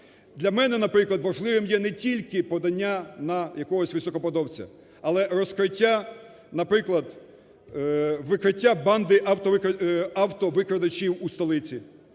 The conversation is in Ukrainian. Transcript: Для мене, наприклад, важливим є не тільки подання на якогось високопосадовця, але розкриття, наприклад, викриття банди автовикрадачів у столиці,